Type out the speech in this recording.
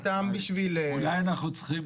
אולי אנחנו צריכים,